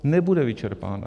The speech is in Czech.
Nebude vyčerpána.